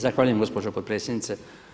Zahvaljujem gospođo potpredsjednice.